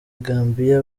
gambia